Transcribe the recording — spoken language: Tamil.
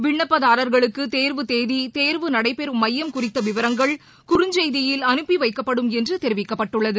விண்ணப்பதாரர்களுக்குதேர்வு தேதி தேர்வு நடைபெறும் மையம் குறித்தவிவரங்கள் குறுஞ்செய்தியில் அனுப்பிவைக்கப்படும் என்றுதெரிவிக்கப்பட்டுள்ளது